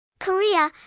Korea